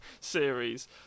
...series